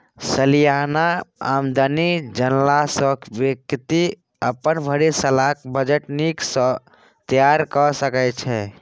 सलियाना आमदनी जनला सँ बेकती अपन भरि सालक बजट नीक सँ तैयार कए सकै छै